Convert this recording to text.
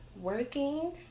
working